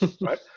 right